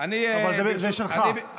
אבל זה שלך,